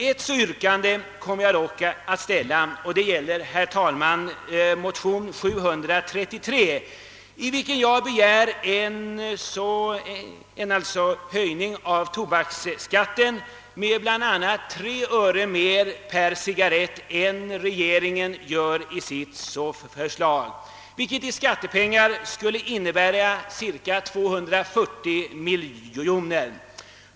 Ett yrkande kommer jag dock att ställa, och det gäller, herr talman, motion IT: 733, i vilken jag begärt en höj ning av tobaksskatten med 3 öre mer per cigarrett än regeringen föreslår; detta skulle i skattepengar innebära cirka 240 miljoner kronor.